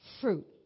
fruit